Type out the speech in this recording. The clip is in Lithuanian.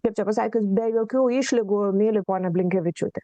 kaip čia pasakius be jokių išlygų myli ponią blinkevičiūtę